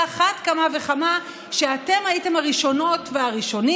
על אחת כמה וכמה שאתם הייתם הראשונות והראשונים